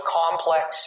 complex